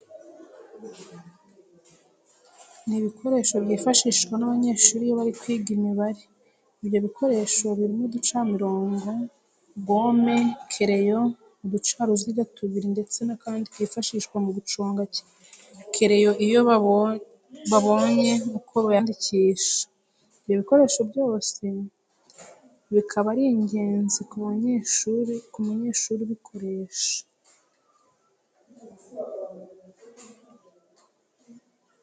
Ni ibikoresho byifashishwa n'abanyeshuri iyo bari kwiga Imibare. ibyo bikoresho birimo uducamirongo, gome, kereyo, uducaruziga tubiri ndetse n'akandi kifashishwa mu guconga kereyo bityo babone uko bayandikisha. Ibyo bikoresho byose bikaba ari ingenzi ku munyeshuri ubikoresha.